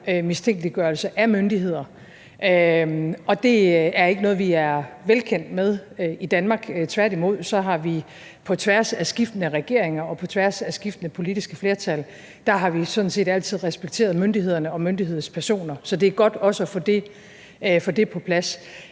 mistænkeliggørelse af myndigheder, og det er ikke noget, vi er velkendt med i Danmark. Tværtimod har vi på tværs af skiftende regeringer og på tværs af skiftende politiske flertal sådan set altid respekteret myndighederne og myndighedspersoner. Så det er godt også at få det på plads.